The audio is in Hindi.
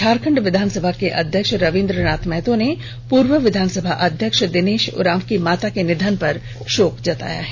झारखंड विधानसभा के अध्यक्ष रवींद्र नाथ महतो ने पूर्व विधानसभा अध्यक्ष दिनेष उरांव की माता के निधन पर शोक जताया है